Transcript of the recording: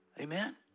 Amen